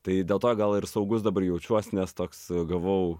tai dėl to gal ir saugus dabar jaučiuos nes toks gavau